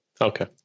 Okay